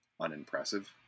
unimpressive